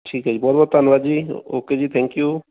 ਠੀਕ ਹੈ ਜੀ ਬਹੁਤ ਬਹੁਤ ਧੰਨਵਾਦ ਜੀ ਓਕੇ ਜੀ ਥੈਂਕ ਯੂ